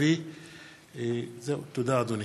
אדוני.